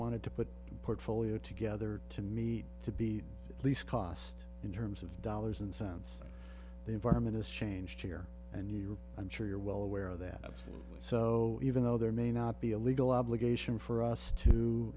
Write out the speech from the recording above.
wanted to put portfolio together to me to be at least cost in terms of dollars and cents the environment has changed here and you are i'm sure you're well aware of that absolutely so even though there may not be a legal obligation for us to